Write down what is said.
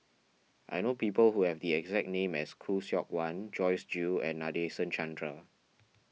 I know people who have the exact name as Khoo Seok Wan Joyce Jue and Nadasen Chandra